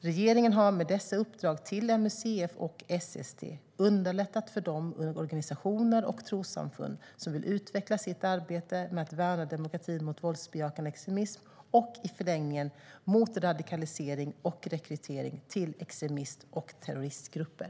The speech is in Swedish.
Regeringen har med dessa uppdrag till MUCF och SST underlättat för de organisationer och trossamfund som vill utveckla sitt arbete med att värna demokratin mot våldsbejakande extremism och i förlängningen mot radikalisering och rekrytering till extremist och terroristgrupper.